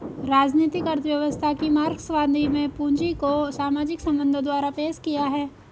राजनीतिक अर्थव्यवस्था की मार्क्सवादी में पूंजी को सामाजिक संबंधों द्वारा पेश किया है